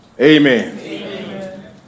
Amen